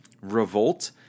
Revolt